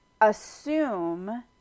assume